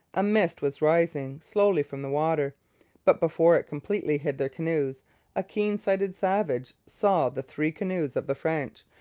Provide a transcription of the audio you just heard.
a mist was rising slowly from the water but before it completely hid their canoes a keen-sighted savage saw the three canoes of the french,